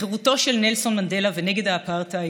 לחירותו של נלסון מנדלה ונגד האפרטהייד,